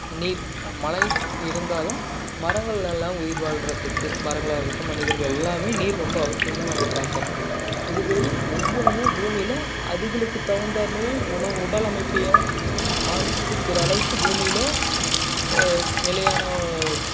நீர் மழை இருந்தால் தான் மரங்கள் எல்லாம் உயிர் வாழ்கிறதுக்கு மரங்களாக இருக்கட்டும் மனிதர்கள் எல்லாமே நீர் ரொம்ப அவசியமாக நம்ம பார்க்கறோம் இது பெரி ஒவ்வொன்றுமே பூமியில் அதுகளுக்கு தகுந்தார்மாரி உணவு உடலமைப்பை மாற்றிக்கிற அளவுக்கு பூமியில் நிலையான